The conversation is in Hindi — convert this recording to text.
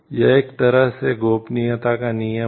यह एक तरह से गोपनीयता का नियम है